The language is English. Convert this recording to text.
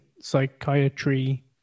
psychiatry